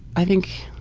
i think,